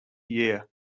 year